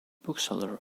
bookseller